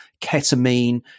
ketamine